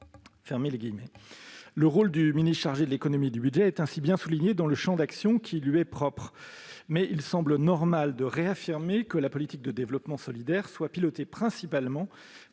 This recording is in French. Le rôle du ministre chargé de l'économie et du budget est ainsi souligné, dans le champ d'action qui lui est propre. Néanmoins, il semble normal de réaffirmer que la politique de développement solidaire est pilotée principalement